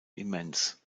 immens